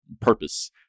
purpose